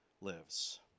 lives